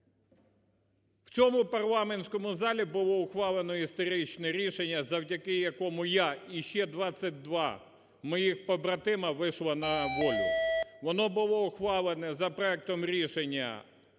в цьому парламентському залі було ухвалено історичне рішення, завдяки якому я і ще 22 моїх побратима вийшло на волю. Воно було ухвалено за проектом рішення